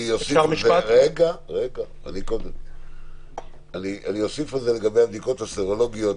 לגבי הבדיקות הסרולוגיות,